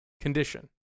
condition